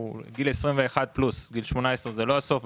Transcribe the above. הוא לגיל 21+. גיל 18 הוא לא הסוף,